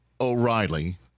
O'Reilly